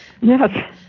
yes